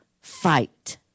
fight